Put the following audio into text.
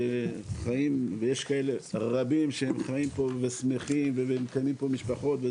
ויש הרבה ששמחים ומקיימים פה משפחות,